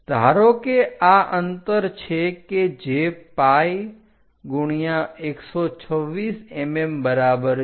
ધારો કે આ અંતર છે કે જે pi 126 mm બરાબર છે